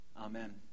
Amen